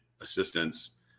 assistance